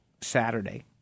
Saturday